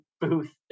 booth